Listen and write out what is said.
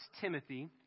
Timothy